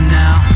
now